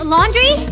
Laundry